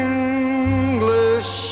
English